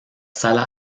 sala